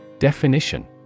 Definition